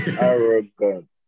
arrogant